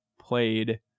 played